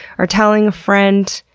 or telling a friend,